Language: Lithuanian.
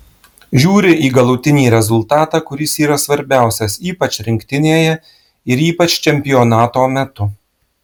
žiūri į galutinį rezultatą kuris yra svarbiausias ypač rinktinėje ir ypač čempionato metu